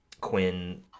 Quinn